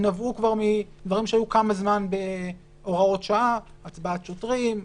דברים שהיו כמה זמן בהוראות שעה: הצבעת שוטרים,